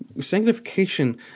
Sanctification